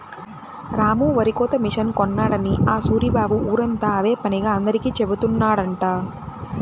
రాము వరికోత మిషన్ కొన్నాడని ఆ సూరిబాబు ఊరంతా అదే పనిగా అందరికీ జెబుతున్నాడంట